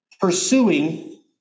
pursuing